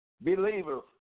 Believers